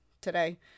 today